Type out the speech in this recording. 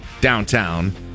downtown